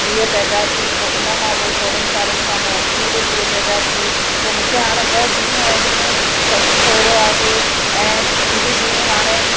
धीउ पैदा थी पोइ उनखां पोइ थोड़नि सालनि खां पोइ ॿी बि धीउ पैदा थी पोइ मूंखे हाणे ॿ धीऊं आहिनि ससु सहुरो आहे ऐं मुंहिंजियूं धीऊं हाणे